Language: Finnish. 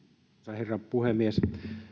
herra puhemies